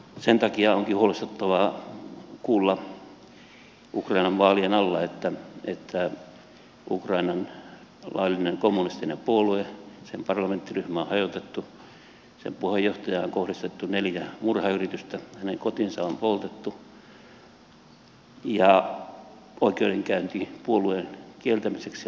sen takia onkin huolestuttavaa kuulla ukrainan vaalien alla että ukrainan laillinen kommunistinen puolue sen parlamenttiryhmä on hajotettu sen puheenjohtajaan on kohdistettu neljä murhayritystä hänen kotinsa on poltettu ja oikeudenkäynti puolueen kieltämiseksi on käynnissä